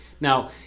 Now